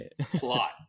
Plot